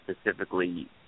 specifically